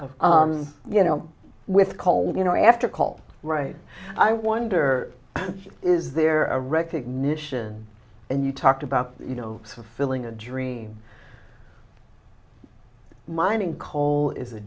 you know with cold you know after call right i wonder is there a recognition and you talked about you know filling a dream mining coal is a